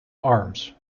arms